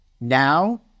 now